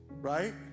right